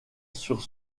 sur